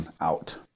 out